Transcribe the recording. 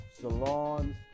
salons